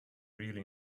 really